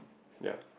ya